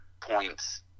points